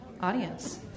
audience